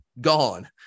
gone